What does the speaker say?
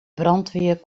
brandweer